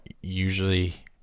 usually